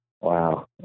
Wow